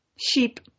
Sheep